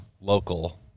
local